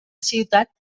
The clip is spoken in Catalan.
ciutat